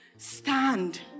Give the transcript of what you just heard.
stand